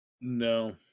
no